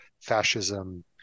fascism